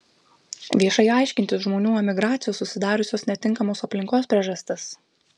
viešai aiškintis žmonių emigracijos susidariusios netinkamos aplinkos priežastis